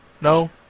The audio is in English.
No